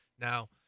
Now